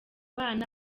bana